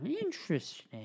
Interesting